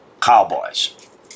Cowboys